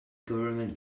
government